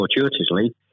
fortuitously